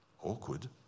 Awkward